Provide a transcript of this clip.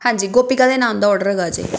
ਹਾਂਜੀ ਗੋਪੀਕਾ ਦੇ ਨਾਮ ਦਾ ਔਡਰ ਹੈਗਾ ਜੀ